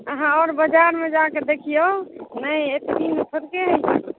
अहाँ आओर बजारमे जाके देखियौ नहि अतेक मे थोड़के होइ छै